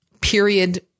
period